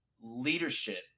leadership